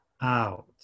out